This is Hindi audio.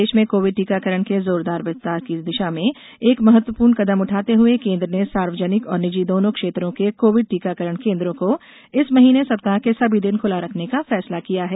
देश में कोविड टीकाकरण के जोरदार विस्तार की दिशा में एक महत्वपूर्ण कदम उठाते हुए केन्द्र ने सार्वजनिक और निजी दोनों क्षेत्रों के कोविड टीकाकरण केंदों को इस महीने सप्ताह के सभी दिन खुला रखने का फैसला किया है